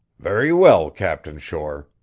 very well, captain shore,